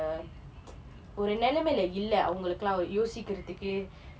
the ஒரு நிலைமையில இல்லை அவங்களுக்கு எல்லாம் யோசிக்கிறதுக்கு:oru nilaimaiyila illai avangalukku ellam yosikkirathukku